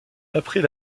après